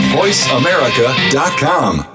voiceamerica.com